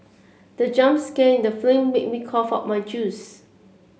the jump scare in the film made me cough out my juice